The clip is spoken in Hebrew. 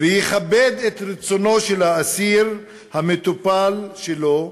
ויכבד את רצונו של האסיר, המטופל שלו,